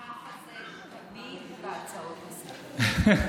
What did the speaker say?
ככה זה תמיד בהצעות לסדר-היום.